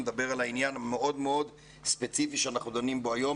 אני מדבר על עניין מאוד מאוד ספציפי שאנחנו דנים בו היום,